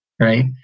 right